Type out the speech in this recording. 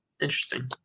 Interesting